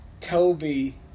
Toby